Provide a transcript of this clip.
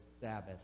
Sabbath